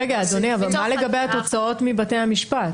אדוני, מה לגבי התוצאות מבתי המשפט?